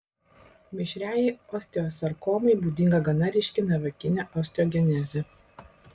mišriajai osteosarkomai būdinga gana ryški navikinė osteogenezė